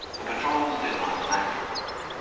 the patrols did not matter, however.